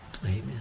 amen